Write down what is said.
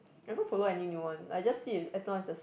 I'm not follow any new one I just see as long as these